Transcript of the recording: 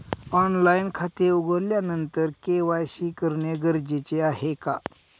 Online खाते उघडल्यानंतर KYC करणे गरजेचे आहे का?